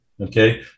Okay